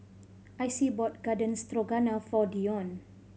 Icy bought Garden Stroganoff for Dionne